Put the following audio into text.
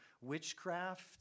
witchcraft